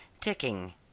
ticking